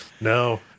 no